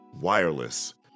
wireless